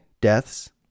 deaths